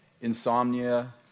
insomnia